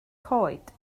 coed